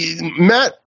Matt